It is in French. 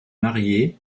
marié